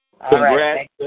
Congrats